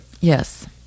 Yes